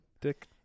Dick